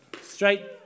Straight